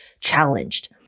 challenged